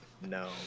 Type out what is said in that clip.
No